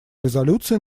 резолюции